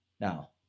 now